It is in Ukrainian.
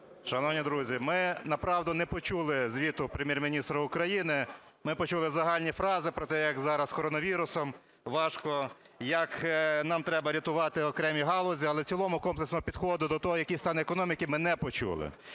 Шановні друзі, ми, направду, не почули звіту Прем'єр-міністра України. Ми почули загальні фрази про те, як зараз з коронавірусом важко, як нам треба рятувати окремі галузі. Але в цілому комплексного підходу до того, який стан економіки, ми не почули.